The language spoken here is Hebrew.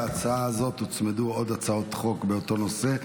להצעה הזאת הוצמדו עוד הצעות חוק באותו נושא.